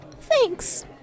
thanks